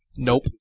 Nope